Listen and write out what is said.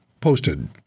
posted